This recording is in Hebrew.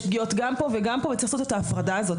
יש פגיעות גם פה וגם פה וצריך לעשות את ההפרדה הזאת.